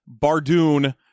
Bardoon